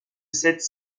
cette